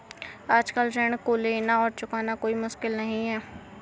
आजकल ऋण को लेना और चुकाना कोई मुश्किल नहीं है